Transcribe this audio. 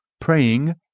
praying